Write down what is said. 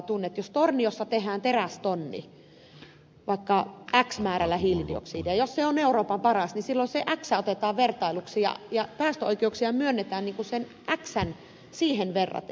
jos torniossa tehdään terästonni vaikka x määrällä hiilidioksidia jos se on euroopan paras niin silloin se x otetaan vertailuksi ja päästöoikeuksia myönnetään siihen xään verraten